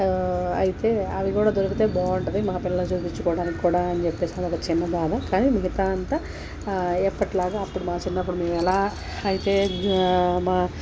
అయితే అవి కూడా దొరికితే బాగుంటుంది మా పిల్లలకి చూపించుకోవడానికి కూడా అని చెప్పేసి అది ఒక చిన్న బాధ కానీ మిగతా అంతా ఎప్పటిలాగా అప్పుడు మా చిన్నప్పుడు మేము ఎలా అయితే మా